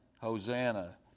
Hosanna